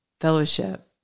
fellowship